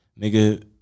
Nigga